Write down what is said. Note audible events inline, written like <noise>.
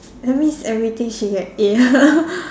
that means everything she had A <laughs>